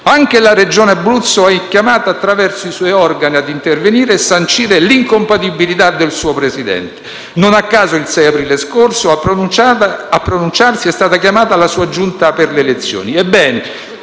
anche la Regione Abruzzo è chiamata, attraverso i suoi organi, ad intervenire e sancire l'incompatibilità del suo Presidente. Non a caso il 6 aprile scorso a pronunciarsi è stata chiamata la sua Giunta per le elezioni. Ebbene,